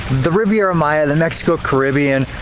the riviera maya, the mexico caribbean,